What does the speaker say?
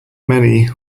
many